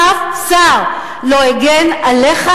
אף שר לא הגן עליך,